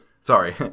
sorry